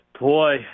Boy